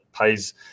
pays